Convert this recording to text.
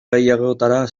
gehiagotara